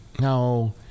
No